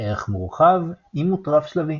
ערך מורחב – אימות רב-שלבי